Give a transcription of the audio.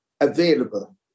available